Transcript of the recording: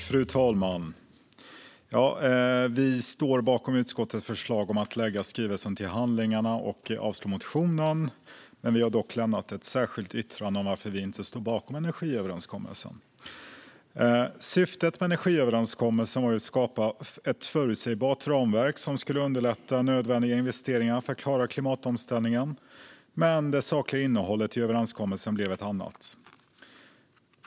Fru talman! Vi står bakom utskottets förslag att lägga skrivelsen till handlingarna och avslå motionen, men vi har lämnat ett särskilt yttrande om varför vi inte står bakom energiöverenskommelsen. Syftet med energiöverenskommelsen var att skapa ett förutsägbart ramverk som skulle underlätta nödvändiga investeringar för att klara klimatomställningen, men det sakliga innehållet i överenskommelsen blev ett annat.